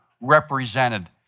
represented